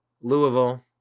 Louisville